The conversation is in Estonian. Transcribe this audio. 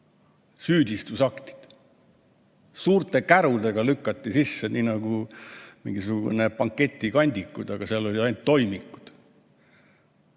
Süüdistusaktid! Suurte kärudega lükati sisse nagu mingisugused banketi kandikud, aga seal olid ainult toimikud.